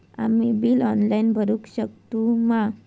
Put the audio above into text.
आम्ही bill online भरुक शकतू मा?